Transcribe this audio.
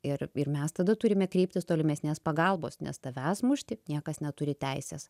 ir ir mes tada turime kreiptis tolimesnės pagalbos nes tavęs mušti niekas neturi teisės